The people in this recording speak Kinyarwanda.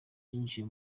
byinjiye